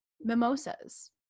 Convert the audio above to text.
mimosas